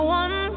one